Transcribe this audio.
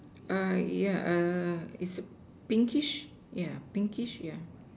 uh yeah err is a pinkish yeah pinkish yeah